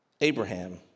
Abraham